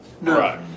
Right